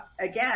again